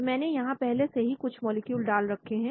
तो मैंने यहां पहले से ही कुछ मॉलिक्यूल डाल रखे हैं